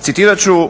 Citirat ću